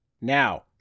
Now